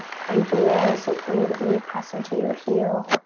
cranky there so breathe deep. press into your heel.